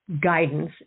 guidance